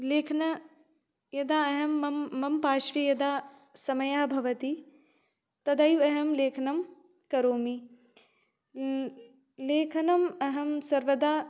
लेखन यदा एहं मम मम पार्श्वे यदा समयः भवति तदैव एहं लेखनं करोमि लेखनम् एहं सर्वदा